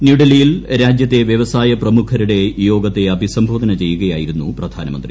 ന്യൂഡൽഹിയിൽ രാജ്യത്തെ വൃവസായ പ്രമുഖരുടെ യോഗത്തെ അഭിസംബോധന ചെയ്യുകയായിരുന്നു പ്രധാനമന്ത്രി